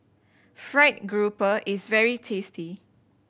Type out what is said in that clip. fried grouper is very tasty